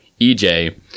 EJ